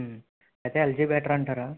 అయితే LG better అంటారా